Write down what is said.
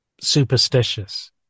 superstitious